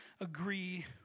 agree